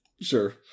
sure